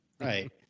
Right